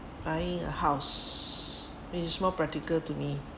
buying a house it is more practical to me